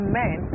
men